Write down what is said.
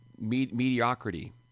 mediocrity